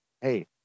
hey